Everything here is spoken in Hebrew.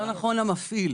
יותר נכון המפעיל,